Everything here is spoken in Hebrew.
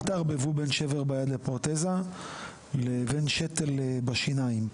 אל תערבבו בין שבר ביד ופרוטזה לבין שתל בשיניים,